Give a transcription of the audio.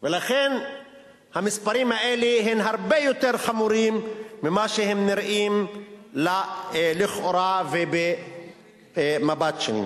לכן המספרים האלה הם הרבה יותר חמורים ממה שהם נראים לכאורה ובמבט שני.